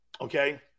Okay